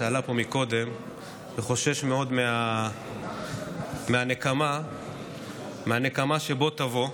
שעלה פה קודם וחושש מאוד מהנקמה שבוא תבוא.